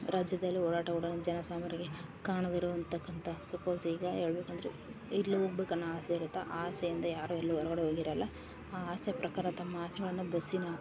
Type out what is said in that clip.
ರಾಜ್ಯದಲ್ಲಿ ಓಡಾಟ ಕೂಡ ಜನ ಸಾಮಾರಿಗೆ ಕಾಣದಿರುವಂತಕ್ಕಂಥ ಸಪೋಸ್ ಈಗ ಹೇಳಬೇಕಂದ್ರೆ ಇಲ್ಲು ಹೋಗ್ಬೇಕು ಅನ್ನೊ ಆಸೆ ಇರುತ್ತೆ ಆಸೆಯಿಂದ ಯಾರು ಎಲ್ಲೂ ಹೊರ್ಗಡೆ ಹೋಗಿರಲ್ಲ ಆ ಆಸೆ ಪ್ರಕಾರ ತಮ್ಮ ಆಸೆಗಳನ್ನು ಬಸ್ಸಿನ